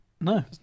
no